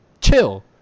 chill